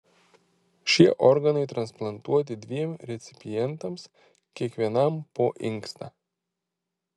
šie organai transplantuoti dviem recipientams kiekvienam po inkstą